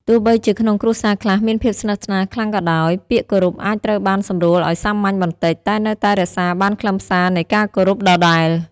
ទោះបីជាក្នុងគ្រួសារខ្លះមានភាពស្និទ្ធស្នាលខ្លាំងក៏ដោយ ពាក្យគោរពអាចត្រូវបានសម្រួលឱ្យសាមញ្ញបន្តិច តែនៅតែរក្សាបានខ្លឹមសារនៃការគោរពដដែល។